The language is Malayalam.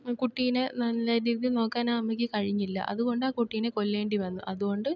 കുട്ടിനെ നല്ല രീതിയിൽ നോക്കാൻ ആ അമ്മയ്ക്ക് കഴിഞ്ഞില്ല അതുകൊണ്ട് ആ കുട്ടിയെ കൊല്ലേണ്ടി വന്നു അതുകൊണ്ട്